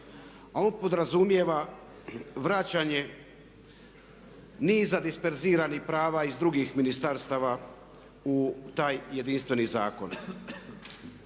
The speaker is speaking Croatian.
a on podrazumijeva vraćanje niza disperziranih prava iz drugih ministarstava u taj jedinstveni zakon.